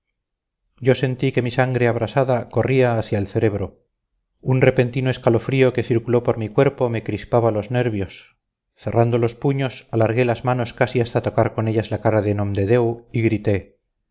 yo sentí que mi sangre abrasada corría hacia el cerebro un repentino escalofrío que circuló por mi cuerpo me crispaba los nervios cerrando los puños alargué las manos casi hasta tocar con ellas la cara de nomdedeu y grité